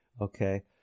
okay